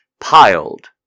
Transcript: piled